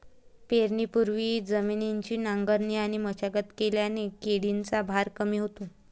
पेरणीपूर्वी जमिनीची नांगरणी आणि मशागत केल्याने किडीचा भार कमी होतो